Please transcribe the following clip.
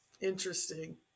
Interesting